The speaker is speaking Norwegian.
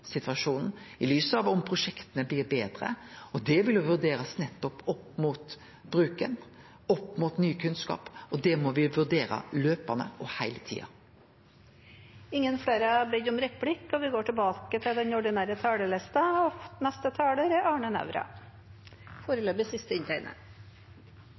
situasjonen, i lys av om prosjekta blir betre, og det vil bli vurdert opp mot nettopp bruken, opp mot ny kunnskap, og det må me vurdere løpande heile tida.